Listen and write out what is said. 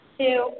two